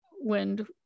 wind